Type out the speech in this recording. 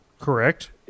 Correct